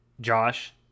Josh